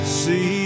see